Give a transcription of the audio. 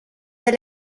del